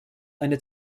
eine